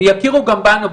יכיר גם בנו,